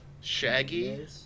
Shaggy